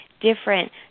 different